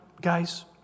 guys